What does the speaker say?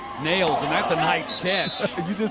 nails, and that's a nice catch. you